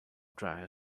dryer